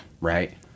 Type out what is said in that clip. right